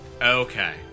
Okay